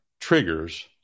triggers